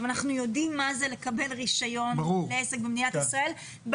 אנחנו יודעים מה זה לקבל רישיון עסק במדינת ישראל,